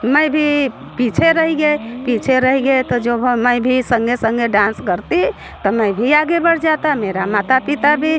मैं भी पीछे रह गया पीछे रह गया तो जो है मैं भी संग ही संग डांस करता तो मैं भी आगे बढ़ जाता मेरे माता पिता भी